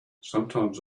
sometimes